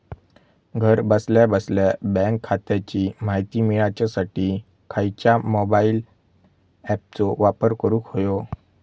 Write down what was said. घरा बसल्या बसल्या बँक खात्याची माहिती मिळाच्यासाठी खायच्या मोबाईल ॲपाचो वापर करूक होयो?